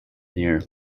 near